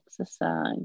exercise